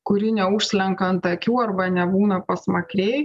kuri ne užslenka ant akių arba nebūna pasmakrėj